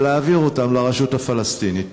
ולהעביר אותם לרשות הפלסטינית.